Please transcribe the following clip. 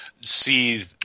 see